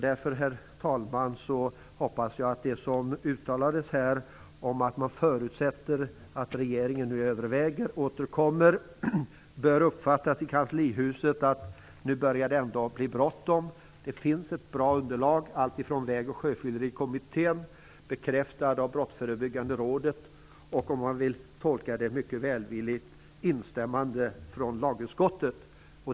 Därför, herr talman, hoppas jag att det som sades här, om att man förutsätter att regeringen nu överväger att återkomma, i kanslihuset bör uppfattas som att det nu ändå börjar bli bråttom. Det finns ett bra underlag, allt ifrån Väg och sjöfyllerikommitténs utvärdering, bekräftad av Brottsförebyggande rådet, till - om man tolkar det mycket välvilligt - ett instämmande från lagutskottet.